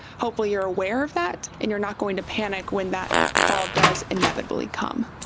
hopefully you're aware of that, and you're not going to panic when that fall does inevitably come.